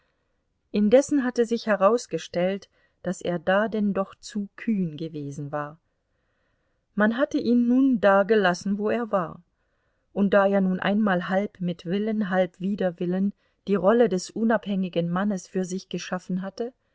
indessen hatte sich herausgestellt daß er da denn doch zu kühn gewesen war man hatte ihn nun da gelassen wo er war und da er nun einmal halb mit willen halb wider willen die rolle des unabhängigen mannes für sich geschaffen hatte